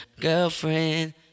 girlfriend